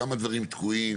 כמה דברים תקועים?